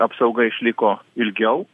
apsauga išliko ilgiau